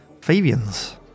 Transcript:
Fabians